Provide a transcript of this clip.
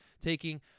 taking